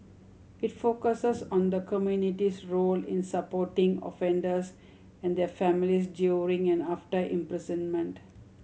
it focuses on the community's role in supporting offenders and their families during and after imprisonment